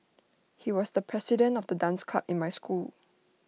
he was the president of the dance club in my school